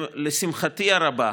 לשמחתי הרבה,